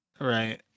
right